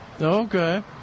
Okay